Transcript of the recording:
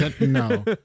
No